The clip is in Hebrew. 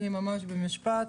אני ממש במשפט.